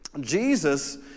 Jesus